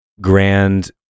grand